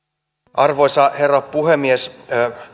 arvoisa herra puhemies